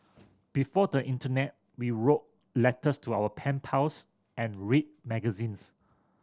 before the internet we wrote letters to our pen pals and read magazines